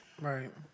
Right